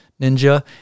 ninja